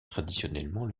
traditionnellement